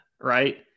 right